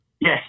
Yes